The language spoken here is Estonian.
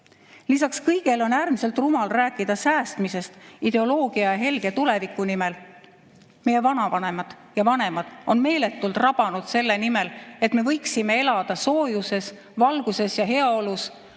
Lisaks kõigele on äärmiselt rumal rääkida säästmisest ideoloogia helge tuleviku nimel. Meie vanavanemad ja vanemad on meeletult rabanud selle nimel, et me võiksime elada soojuses, valguses ja heaolus.